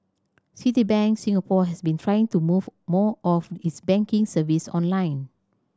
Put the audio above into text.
Citibank Singapore has been trying to move more of its banking service online